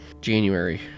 january